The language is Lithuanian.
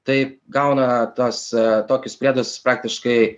tai gauna tuos tokius priedus praktiškai